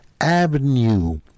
Avenue